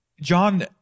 John